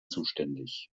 zuständig